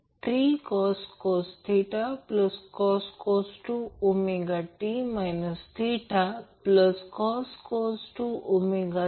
line current √ 3फेज current पण VL Vp फक्त मला ते बनवू द्या